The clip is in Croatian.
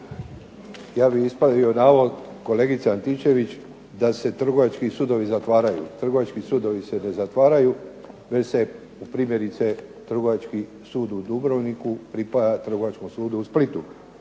Ja bih ispravio navod kolegice Antičević da se trgovački sudovi zatvaraju. Trgovački sudovi se ne zatvaraju, već se primjerice Trgovački sud u Dubrovniku pripaja Trgovačkom sudu u Splitu.